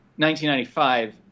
1995